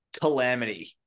calamity